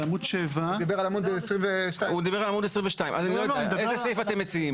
הוא דיבר על עמוד 22. איזה סעיף אתם מציעים?